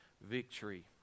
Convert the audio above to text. victory